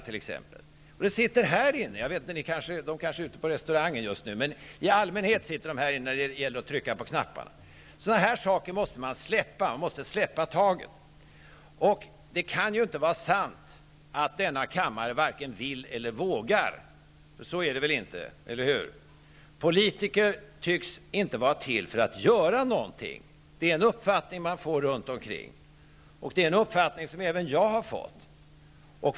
Det sitter allmänhet här inne i kammaren när det gäller att trycka på knapparna -- de kanske är ute i restaurangen just nu. Sådana här saker måste man släppa. Man måste släppa taget. Det kan inte vara sant att denna kammare varken vill eller vågar. Så är det väl inte, eller hur? Politiker tycks inte vara till för att göra någonting. Det är en uppfattning man har runt om i landet, och det är en uppfattning som även jag har fått.